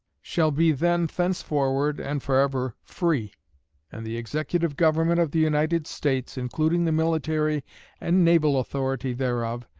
shall be then, thenceforward, and forever free and the executive government of the united states, including the military and naval authority thereof,